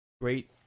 Great